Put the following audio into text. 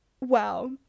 wow